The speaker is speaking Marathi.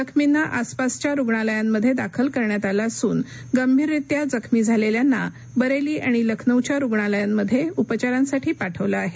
जखमींना आसपासच्या रुग्णालयांमध्ये दाखल करण्यात आलं असून गंभीररीत्या जखमी झालेल्यांना बरेली आणि लखनौच्या रुग्णालयांमध्ये उपचारांसाठी पाठवलं आहे